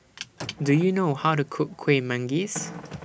Do YOU know How to Cook Kuih Manggis